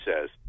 says